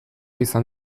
izan